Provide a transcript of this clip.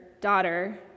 Daughter